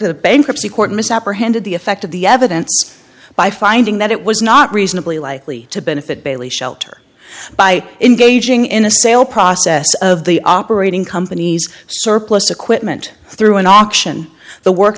the bankruptcy court misapprehended the effect of the evidence by finding that it was not reasonably likely to benefit bailey shelter by engaging in a sale process of the operating companies surplus equipment through an auction the work